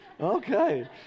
okay